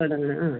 തുടങ്ങാം ആ